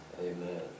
Amen